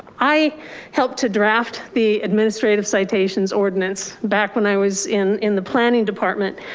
i helped to draft the administrative citations ordinance back when i was in in the planning department,